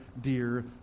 dear